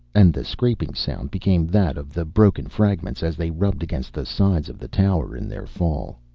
and the scraping sound became that of the broken fragments as they rubbed against the sides of the tower in their fall.